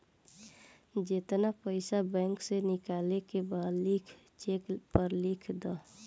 जेतना पइसा बैंक से निकाले के बा लिख चेक पर लिख द